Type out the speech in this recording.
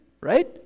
right